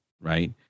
right